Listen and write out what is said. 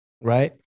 Right